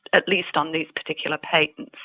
at least on these particular patents.